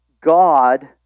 God